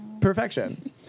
Perfection